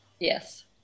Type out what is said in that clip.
Yes